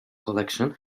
collection